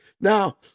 Now